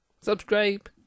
subscribe